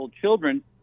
children